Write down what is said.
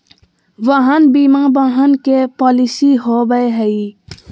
वाहन बीमा वाहन के पॉलिसी हो बैय हइ